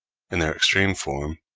in their extreme form,